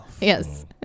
Yes